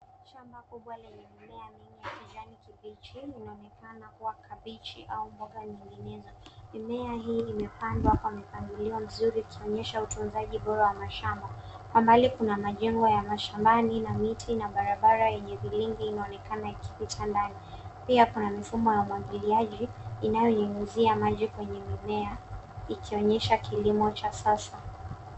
Shamba kubwa yenye mimea mingi ya kijani kibichi inaonekana kuwa kabichi au mboga nyinginezo. Mimea hii imepandwa kwa mipangilio mzuri, ikionyesha utunzaji bora wa mashamba. Kwa mbali kuna majengo ya mashambani na miti na barabara yenye vilindi inaonekana ikipita ndani. Pia kuna mifumo ya umwagiliaji inayonyunyizia maji kwenye mimea, ikionyesha kilimo cha sasa.